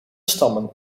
stammen